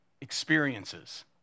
experiences